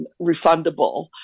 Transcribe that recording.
refundable